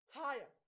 higher